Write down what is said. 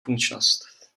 funkčnost